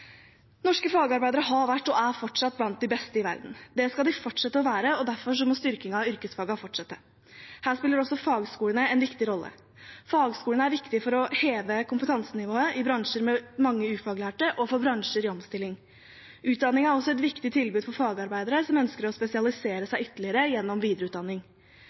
Norske fagarbeidere har vært og er fortsatt blant de beste i verden. Det skal de fortsette å være, og derfor må styrkingen av yrkesfagene fortsette. Her spiller også fagskolene en viktig rolle. Fagskolene er viktige for å heve kompetansenivået i bransjer med mange ufaglærte og for bransjer i omstilling. Utdanning er også et viktig tilbud for fagarbeidere som ønsker å spesialisere seg ytterligere gjennom videreutdanning.